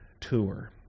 tour